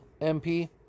MP